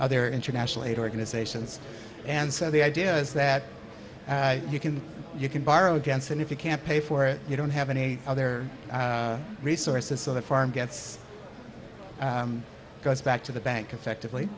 other international aid organizations and so the idea is that you can you can borrow against and if you can't pay for it you don't have any other resources so the farm gets goes back to the bank effectively